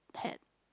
had